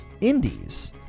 indies